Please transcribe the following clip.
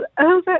over